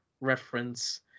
reference